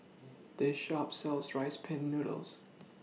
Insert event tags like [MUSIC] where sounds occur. This Shop sells Rice Pin Noodles [NOISE]